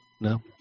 No